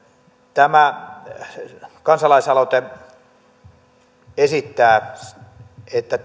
tämä kansalaisaloite esittää että